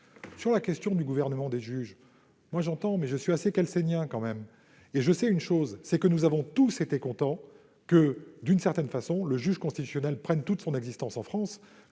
Sur la question du gouvernement des juges, j'entends les craintes, mais je suis assez kelsénien et je sais une chose : c'est que nous avons tous été contents que, d'une certaine façon, le juge constitutionnel prenne toute sa place en France.